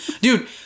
dude